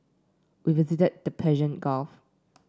we visited the Persian Gulf